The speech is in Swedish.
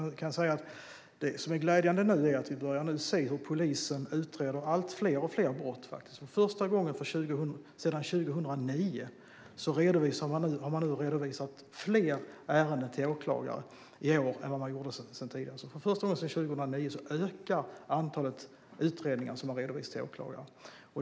Det som är glädjande är att vi nu börjar se hur polisen utreder allt fler och fler brott. För första gången sedan 2009 redovisar man i år fler ärenden till åklagare än vad man gjort under föregående år. För första gången sedan 2009 ökar alltså antalet utredningar som man redovisar till åklagare.